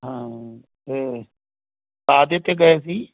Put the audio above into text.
ਹਾਂ ਅਤੇ ਆਪ ਜਿੱਥੇ ਗਏ ਸੀ